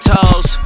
Toes